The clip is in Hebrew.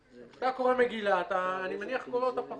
כשאתה רואה מגילה, אתה אני מניח קורא אותה פחות.